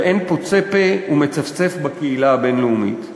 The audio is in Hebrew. ואין פוצה פה ומצפצף בקהילה הבין-לאומית.